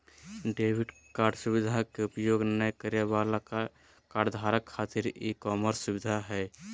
debit card सुवधा के उपयोग नय करे वाला कार्डधारक खातिर ई कॉमर्स सुविधा हइ